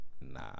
Nah